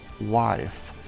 life